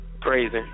Crazy